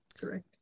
correct